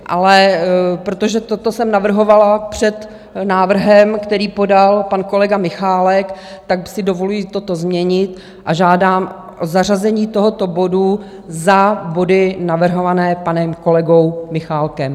Ale protože toto jsem navrhovala před návrhem, který podal pan kolega Michálek, tak si dovoluji toto změnit a žádám o zařazení tohoto bodu za body navrhované panem kolegou Michálkem.